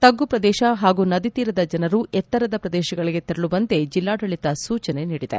ತಗ್ಗು ಪ್ರದೇಶ ಹಾಗೂ ನದಿ ತೀರದ ಜನರು ಎತ್ತರದ ಪ್ರದೇಶಗಳಿಗೆ ತೆರಳುವಂತೆ ಜಿಲ್ಲಾಡಳಿತ ಸೂಚನೆ ನೀಡಿದೆ